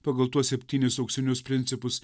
pagal tuos septynis auksinius principus